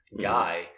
guy